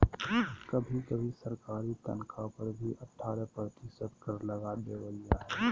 कभी कभी सरकारी तन्ख्वाह पर भी अट्ठारह प्रतिशत कर लगा देबल जा हइ